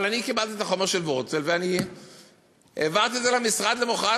אבל אני קיבלתי את החומר של וורצל והעברתי את זה למחרת לחשבות.